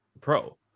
pro